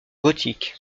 gothique